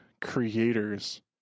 creators